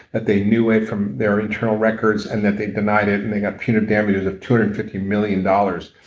that they knew it from their internal records and that they denied it and they got punitive damages of two hundred and fifty million dollars,